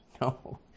No